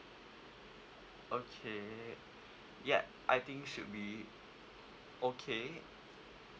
okay ya I think should be okay